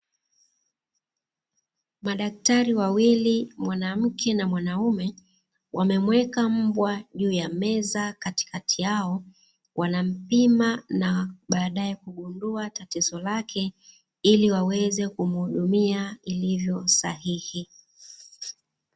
Madaktari wawili mwanamke na mwanaume, wamemuweka mbwa juu ya meza katikati yao, wanampima na baadae kugundua tatizo lake, ili waweze kumuhudumia ilivyo sahihi.